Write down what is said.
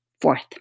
Fourth